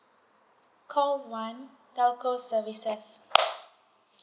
call one telco services